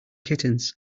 kittens